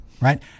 right